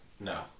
No